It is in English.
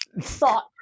thought